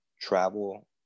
travel